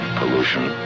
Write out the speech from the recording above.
pollution